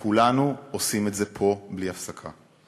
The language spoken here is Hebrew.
וכולנו עושים את זה פה בלי הפסקה.